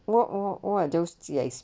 !whoa! oh those days